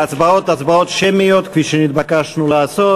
ההצבעות הן הצבעות שמיות, כפי שנתבקשנו לעשות.